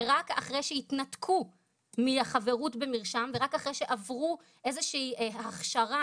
ורק אחרי שיתנתקו מהחברות במרשם ורק אחרי שעברו איזה שהיא הכשרה